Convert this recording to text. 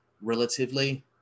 relatively